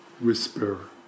whisper